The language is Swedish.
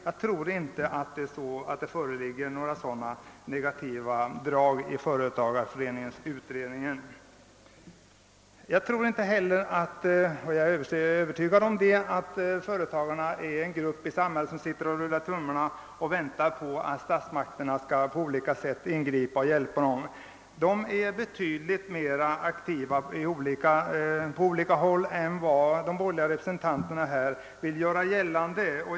Jag tror inte att några sådana negativa drag förekommer i företagareföreningsutredningen. Jag är övertygad om att företagarna inte är en grupp i samhället som sitter och rullar tummarna i väntan på att statsmakterna på olika sätt skall ingripa och hjälpa till. De är betydligt mera aktiva än vad de borgerliga representanterna vill göra gällande.